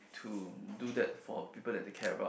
to do that for the people that they care about